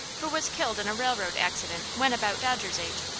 who was killed in a railroad accident when about dodger's age.